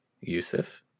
Yusuf